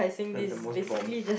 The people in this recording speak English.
and the most bomb